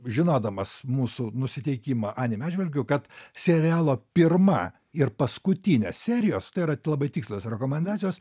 žinodamas mūsų nusiteikimą anime atžvilgiu kad serialo pirma ir paskutinė serijos tai yra labai tikslios rekomendacijos